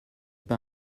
pas